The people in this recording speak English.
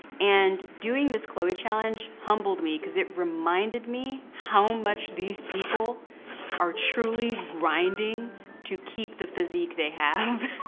and doing this chloe challenge humbled me, cause it reminded me how much these people are truly grinding to keep the physique they have.